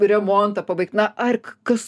remontą pabaigt na ar kas